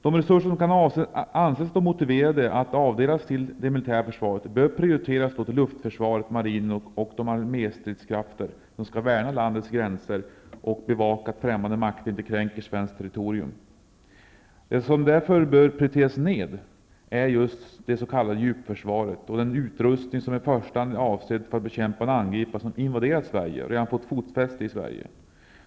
De resurser som kan anses motiverade att avdela till det militära försvaret bör prioriteras till luftförsvaret, marinen och de arméstridskrafter som skall värna landets gränser och bevaka att främmande makt inte kränker svenskt territorium. Det som därför bör prioriteras ner är just det s.k. djupförsvaret och den utrustning som i första hand är avsedd för bekämpning av angripare som invaderat Sverige och redan fått fotfäste i Sverige.